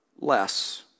less